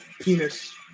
penis